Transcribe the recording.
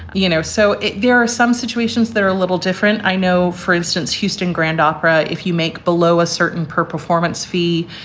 you know, so there are some situations that are a little different. i know, for instance, houston grand opera, if you make below a certain per performance fee,